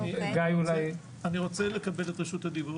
גיא אולי --- אני רוצה לקבל את רשות הדיבור.